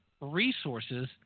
resources